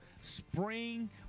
spring